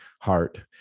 heart